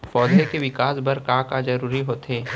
पौधे के विकास बर का का जरूरी होथे?